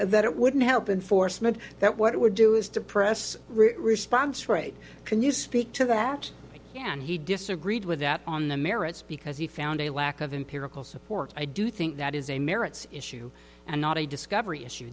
effect that it wouldn't help and force meant that what it would do is depress response rate can you speak to that and he disagreed with that on the merits because he found a lack of empirical support i do think that is a merits issue and not a discovery issue